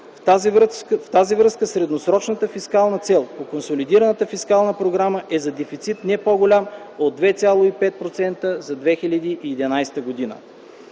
В тази връзка средносрочната фискална цел в консолидираната фискална програма е за дефицит не по-голям от 2,5% за 2011 г.